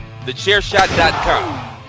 TheChairShot.com